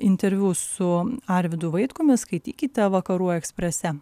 interviu su arvydu vaitkumi skaitykite vakarų eksprese